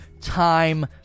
time